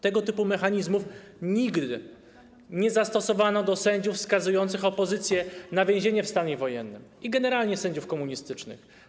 Tego typu mechanizmów nigdy nie zastosowano w stosunku do sędziów skazujących opozycję na więzienie w stanie wojennym, generalnie sędziów komunistycznych.